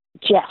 Jeff